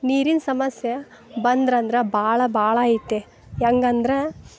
ನೀರಿನ ಸಮಸ್ಯೆ ಬಂದ್ರಂದ್ರೆ ಭಾಳ ಭಾಳ ಐತೆ ಹೆಂಗಂದ್ರ